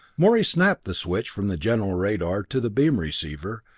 morey snapped the switch from the general radar to the beam receiver,